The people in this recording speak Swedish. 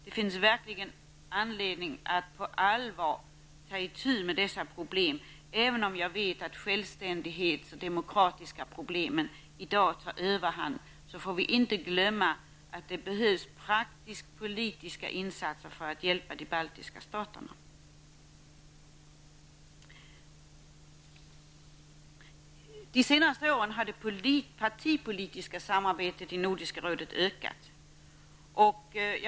Det finns verkligen anledning att ta itu med dessa problem på allvar, även om jag vet att självständighets och demokratiska problem i dag tar överhand. Vi får inte glömma att det behövs praktiskta politiska insatser för att hjälpa de baltiska staterna. De senaste åren har det partipolitiska samarbetet i Nordiska rådet ökat.